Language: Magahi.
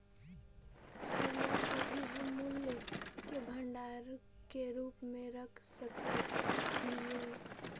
सोना के भी हम मूल्य के भंडार के रूप में रख सकत हियई